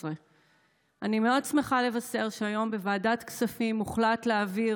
אני מאוד שמחה לבשר שהיום בוועדת כספים הוחלט להעביר